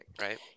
right